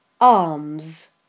arms